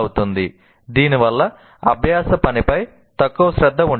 అవుతుంది దీనివల్ల అభ్యాస పనిపై తక్కువ శ్రద్ధ ఉంటుంది